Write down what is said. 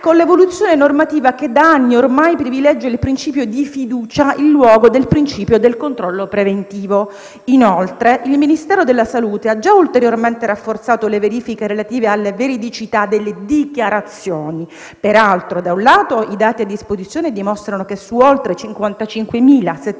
con l'evoluzione normativa che da anni ormai privilegia il principio di fiducia in luogo di quello del controllo preventivo. Inoltre, il Ministero della salute ha già ulteriormente rafforzato le verifiche relative alla veridicità delle dichiarazioni. Peraltro, da un lato, i dati a disposizione dimostrano che su oltre 55.700